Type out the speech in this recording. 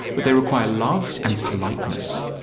but they require love and politeness.